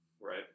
right